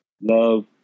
love